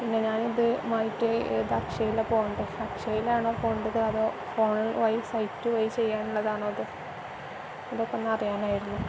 പിന്നെ ഞാനിതുമായിട്ട് ഏത് അക്ഷയയിലാ പോകേണ്ടത് അക്ഷയയിലാണോ പോവേണ്ടത് അതോ ഫോണ് വഴി സൈറ്റ് വഴി ചെയ്യാനുള്ളതാണോ അത് ഇതൊക്കെ ഒന്ന് അറിയാനായിരുന്നു